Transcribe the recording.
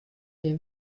gjin